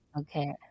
okay